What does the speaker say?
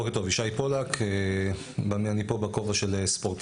בוקר טוב, ישי פולק, אני פה בכובע של ספורטאי.